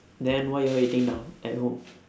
then what you all eating now at home